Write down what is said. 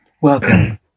Welcome